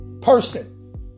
person